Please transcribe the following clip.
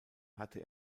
hatte